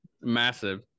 massive